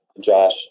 Josh